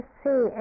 see